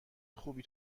خوبی